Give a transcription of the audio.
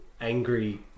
angry